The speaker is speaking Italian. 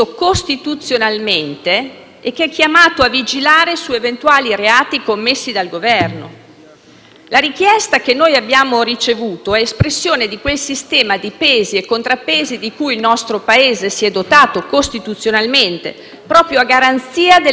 La richiesta che abbiamo ricevuto è espressione di quel sistema di pesi e contrappesi di cui il nostro Paese si è dotato costituzionalmente, proprio a garanzia dell'esercizio democratico dei poteri, perché nessuno è tenuto ad abusare del proprio ruolo,